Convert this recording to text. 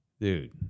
dude